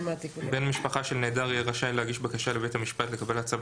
בן משפחה של נעדר יהא רשאי להגיש בקשה לבית המשפט לקבלת צו